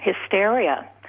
hysteria